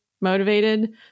motivated